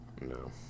No